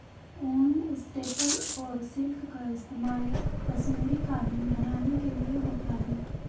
ऊन, स्टेपल और सिल्क का इस्तेमाल कश्मीरी कालीन बनाने के लिए होता है